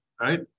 right